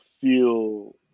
feel